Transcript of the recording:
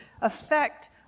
affect